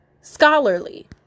scholarly